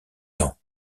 temps